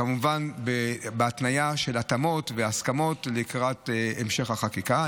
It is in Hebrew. כמובן בהתניה של התאמות והסכמות לקראת המשך החקיקה.